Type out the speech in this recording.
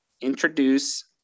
introduce